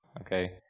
okay